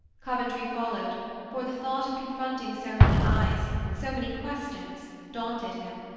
coventry followed for the thought of confronting so many eyes, so many questions, daunted him,